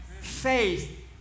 Faith